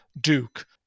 Duke